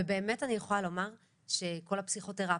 באמת אני יכולה לומר שכל הפסיכותרפיים,